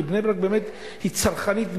כי בני-ברק היא צרכנית גדולה,